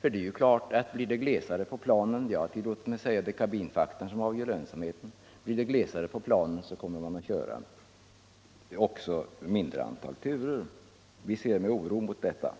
Det är klart att om det blir glesare i flygplanen — jag har tillåtit mig säga att det är kabinfaktorn som avgör lönsamheten - kommer man att köra mindre antal turer. Vi ser med oro fram mot detta.